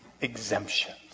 exemptions